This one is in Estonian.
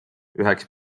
üheks